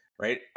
Right